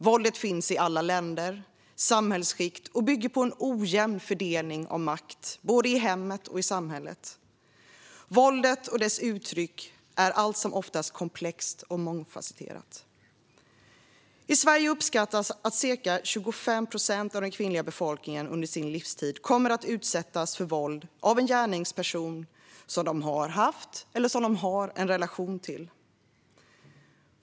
Våldet finns i alla länder och samhällsskikt och bygger på en ojämn fördelning av makt, både i hemmet och i samhället. Våldet och dess uttryck är allt som oftast komplext och mångfasetterat. Det uppskattas att ca 25 procent av den kvinnliga befolkningen i Sverige under sin livstid kommer att utsättas för våld av en gärningsperson de har haft eller har en relation till.